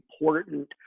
important